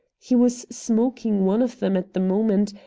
he was smoking one of them at the moment,